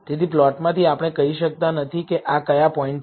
તેથી પ્લોટમાંથી આપણે કહી શકતા નથી કે આ કયા પોઇન્ટ છે